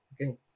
Okay